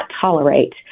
tolerate